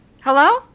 Hello